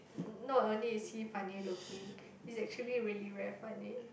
not only is he funny looking he's actually really very funny